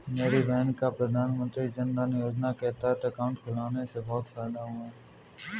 मेरी बहन का प्रधानमंत्री जनधन योजना के तहत अकाउंट खुलने से बहुत फायदा हुआ है